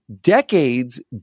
decades